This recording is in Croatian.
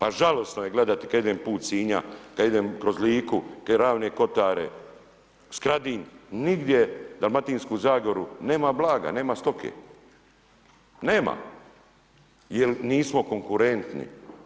A žalosno je gledati, kada idem put Sinja, kada idem kroz Liku, ravne kotare, Skradin, nigdje Dalmatinsku zagoru, nema blaga, nema stoke, nema, jer nismo konkurentni.